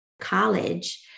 college